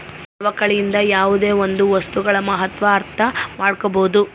ಸವಕಳಿಯಿಂದ ಯಾವುದೇ ಒಂದು ವಸ್ತುಗಳ ಮಹತ್ವ ಅರ್ಥ ಮಾಡ್ಕೋಬೋದು